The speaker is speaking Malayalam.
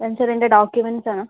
ഇതാണ് സർ എൻ്റെ ഡോക്യൂമെൻ്റ്സ് ആണ്